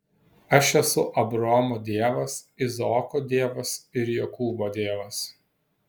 aš esu abraomo dievas izaoko dievas ir jokūbo dievas